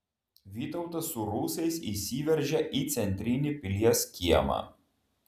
vytautas su rusais įsiveržia į centrinį pilies kiemą